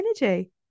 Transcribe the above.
energy